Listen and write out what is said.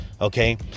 Okay